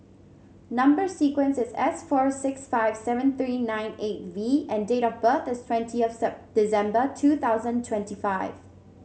number sequence is S four six five seven three nine eight V and date of birth is twentieth December two thousand twenty five